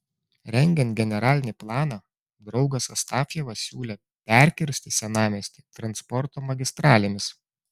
rengiant generalinį planą draugas astafjevas siūlė perkirsti senamiestį transporto magistralėmis